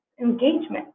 engagement